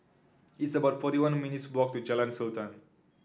it's about forty one minutes' walk to Jalan Sultan